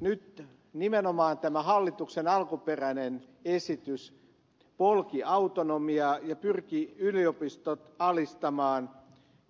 nyt nimenomaan tämä hallituksen alkuperäinen esitys polki autonomiaa ja pyrki yliopistot alistamaan